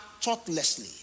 thoughtlessly